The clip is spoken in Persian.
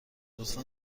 لطفا